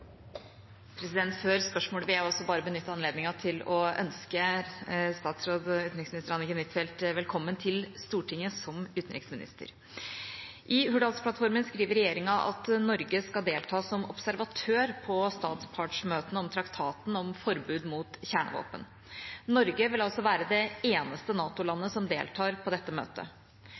velkommen til Stortinget som utenriksminister. «I Hurdalsplattformen skriver regjeringen at Norge skal delta som observatør på statspartsmøtene om traktaten om forbud mot kjernevåpen. Norge vil være det eneste NATO-landet som deltar på dette møtet.